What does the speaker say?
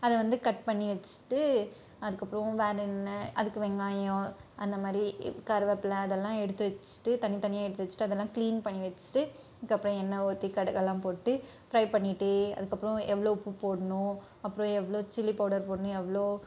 அதை வந்து கட் பண்ணி வச்சுட்டு அதுக்கப்புறம் வேறு என்ன அதுக்கு வெங்காயம் அந்த மாதிரி கருவேப்பிலை அதெல்லாம் எடுத்து வச்சுட்டு தனித்தனியாக எடுத்து வச்சுட்டு அதெல்லாம் கிளீன் பண்ணி வச்சுட்டு அதுக்கப்புறம் எண்ணெய் ஊற்றி கடுகெல்லாம் போட்டு ப்ரை பண்ணிகிட்டே அதுக்கப்புறம் எவ்வளோ உப்பு போடணும் அப்புறம் எவ்வளோ சில்லி பவுடர் போடணும் எவ்வளோ